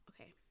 Okay